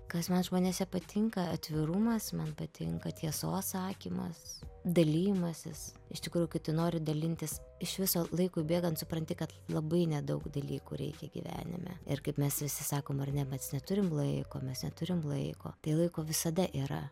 kas man žmonėse patinka atvirumas man patinka tiesos sakymas dalijimasis iš tikrų kiti nori dalintis iš viso laikui bėgant supranti kad labai nedaug dalykų reikia gyvenime ir kaip mes visi sakom ar ne mes neturim laiko mes neturim laiko tai laiko visada yra